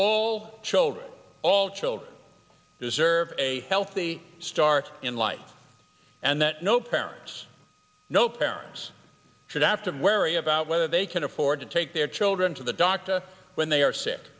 all children all children deserve a healthy start in life and that no parents no parents should act and wary about whether they can afford to take their children to the doctor when they are sick